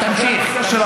תמשיך.